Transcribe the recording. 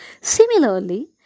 Similarly